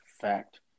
Fact